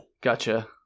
gotcha